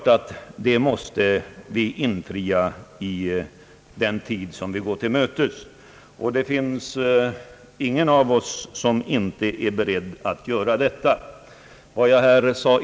Det är väl alla överens om.